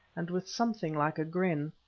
and with something like a grin.